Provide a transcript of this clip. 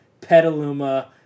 Petaluma